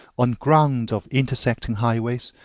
on ground of intersecting highways,